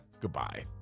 Goodbye